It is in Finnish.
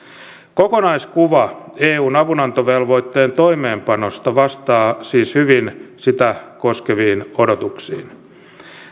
kokonaiskuva eun avunantovelvoitteen toimeenpanosta vastaa siis hyvin sitä koskeviin odotuksiin